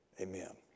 Amen